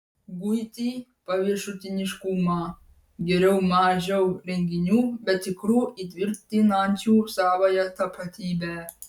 guiti paviršutiniškumą geriau mažiau renginių bet tikrų įtvirtinančių savąją tapatybę